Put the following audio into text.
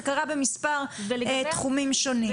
זה קרה במספר תחומים שונים.